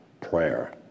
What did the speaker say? prayer